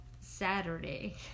Saturday